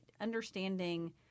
understanding